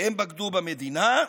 הם בגדו במדינה,